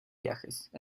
viajes